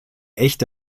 echte